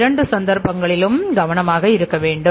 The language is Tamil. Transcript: இரண்டு சந்தர்ப்பங்களிலும் கவனமாக இருக்க வேண்டும்